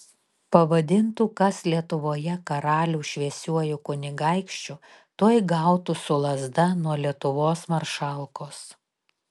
pavadintų kas lietuvoje karalių šviesiuoju kunigaikščiu tuoj gautų su lazda nuo lietuvos maršalkos